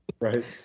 right